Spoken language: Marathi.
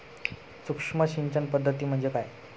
सूक्ष्म सिंचन पद्धती म्हणजे काय?